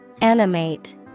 Animate